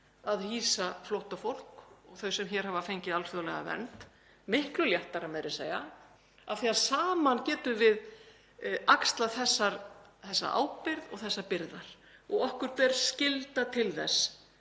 að hýsa flóttafólk, þau sem hér hafa fengið alþjóðlega vernd, miklu léttara meira að segja af því að saman getum við axlað þessa ábyrgð og þessar byrðar. Okkur ber skylda til þess.